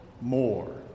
more